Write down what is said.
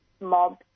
mob